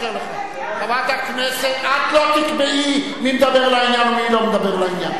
אבל תדבר לעניין,